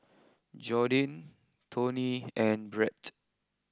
Jordyn Tony and Brett